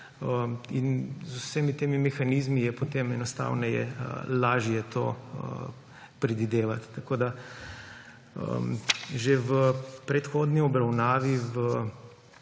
in z vsemi temi mehanizmi je potem enostavneje, lažje to predvidevati. Že v prehodni obravnavi v